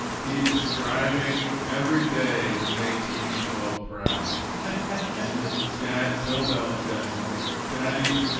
he's striving every day to make tv twelve proud and just dad. bill belichick and just daddy.